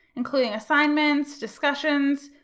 including assignments, discussions,